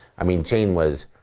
i mean, jane was,